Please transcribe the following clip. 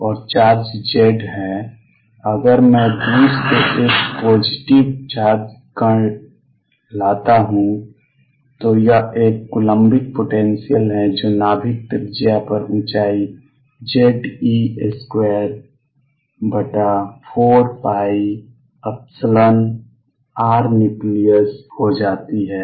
और charge Z है अगर मैं दूर से एक पॉजिटिव चार्ज कण लाता हूं तो यह एक कूलम्बिक पोटेंशियल है जो नाभिक त्रिज्या पर ऊंचाई Ze24π0Rnucleus हो जाती है